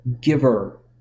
giver